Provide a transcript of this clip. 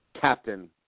Captain